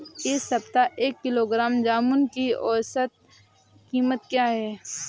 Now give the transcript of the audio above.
इस सप्ताह एक किलोग्राम जामुन की औसत कीमत क्या है?